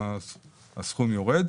הסכום יורד.